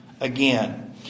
again